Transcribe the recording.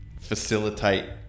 facilitate